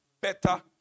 better